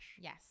yes